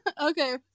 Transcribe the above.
Okay